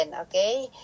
Okay